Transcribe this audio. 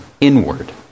inward